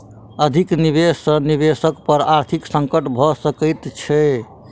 अधिक निवेश सॅ निवेशक पर आर्थिक संकट भ सकैत छै